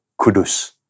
kudus